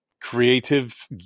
creative